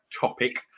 topic